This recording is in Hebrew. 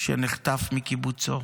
שנחטף מקיבוצו,